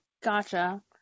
Gotcha